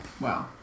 Wow